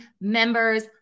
members